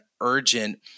urgent